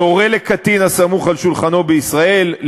להורה לקטין הסמוך על שולחנו בישראל,